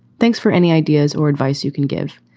thanks for any ideas or advice you can give.